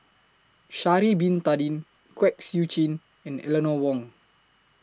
Sha'Ari Bin Tadin Kwek Siew Jin and Eleanor Wong